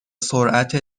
سرعت